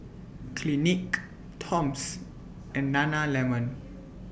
Clinique Toms and Nana Lemon